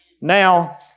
Now